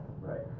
Right